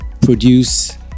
produce